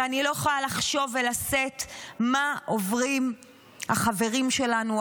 ואני לא יכולה לחשוב ולשאת מה עוברים החברים שלנו,